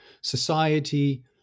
society